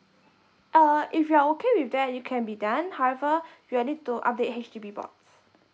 uh if you are okay with that it can be done however you will need to update H_D_B board